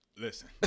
Listen